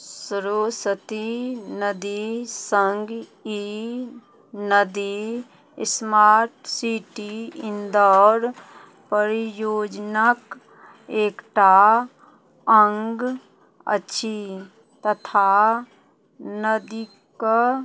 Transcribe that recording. सरस्वती नदी सङ्ग ई नदी स्मार्ट सिटी इंदौर परियोजनाक एकटा अङ्ग अछि तथा नदी कऽ